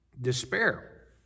despair